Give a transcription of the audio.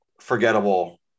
forgettable